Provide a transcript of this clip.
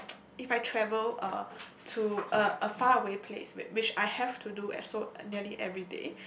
if I travel uh to a a far away place which I have to do as so nearly every day